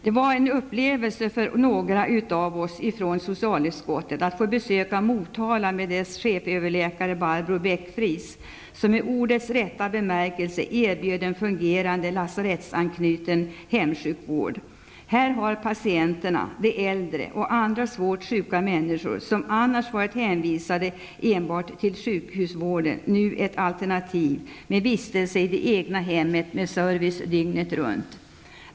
Det var därför en upplevelse för några av oss i socialutskottet att få besöka Motala och chefsöverläkare Barbro Beck-Friis, som i ordets rätta bemärkelse erbjöd en fungerande lasarettsanknuten hemsjukvård. Här har patienterna, de äldre och andra svårt sjuka människor som annars varit hänvisade enbart till sjukhusvården, nu ett alternativ med vistelse i det egna hemmet och service dygnet runt.